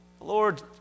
Lord